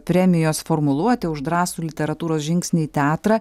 premijos formuluotė už drąsų literatūros žingsnį į teatrą